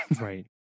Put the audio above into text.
right